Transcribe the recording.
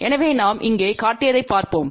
எனவே நாம் இங்கே காட்டியதைப் பார்ப்போம்